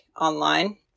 online